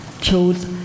chose